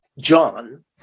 John